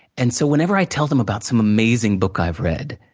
and so, whenever i tell them about some amazing book i've read,